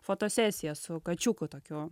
fotosesiją su kačiuku tokiu